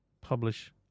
publish